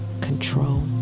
control